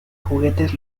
juguetes